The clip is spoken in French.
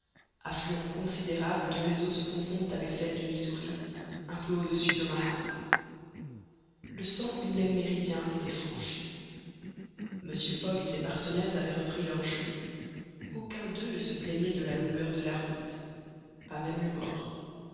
affluent considérable dont les eaux se confondent avec celles du missouri un peu au-dessus d'omaha le cent unième méridien était franchi mr fogg et ses partenaires avaient repris leur jeu aucun d'eux ne se plaignait de la longueur de la route pas même le mort